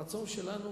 הרצון שלנו